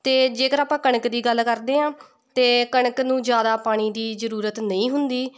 ਅਤੇ ਜੇਕਰ ਆਪਾਂ ਕਣਕ ਦੀ ਗੱਲ ਕਰਦੇ ਹਾਂ ਤਾਂ ਕਣਕ ਨੂੰ ਜ਼ਿਆਦਾ ਪਾਣੀ ਦੀ ਜ਼ਰੂਰਤ ਨਹੀਂ ਹੁੰਦੀ